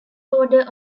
order